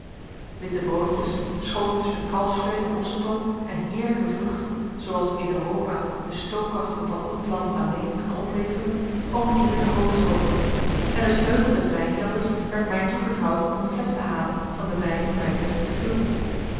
witte broodjes schoteltjes met kalfsvleesch en ossetong en heerlijke vruchten zooals in europa de stookkasten van ons land alleen kunnen opleveren omringden den hoofdschotel en de sleutel des wijnkelders werd mij toevertrouwd om een flesch te halen van den wijn die mij het best beviel